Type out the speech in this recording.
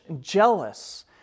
jealous